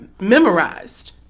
memorized